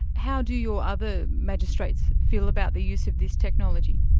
how do your other magistrates feel about the use of this technology?